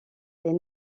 les